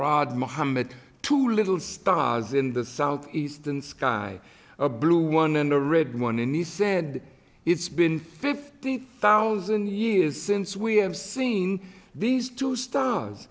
mohammed two little stars in the south eastern sky a blue one and a red one and he said it's been fifty thousand years since we have seen these two stars